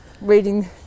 reading